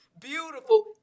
beautiful